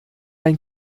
ein